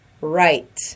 Right